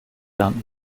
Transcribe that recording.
lernt